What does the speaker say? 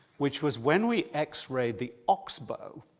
which was when we x-rayed the oxbow,